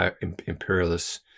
imperialist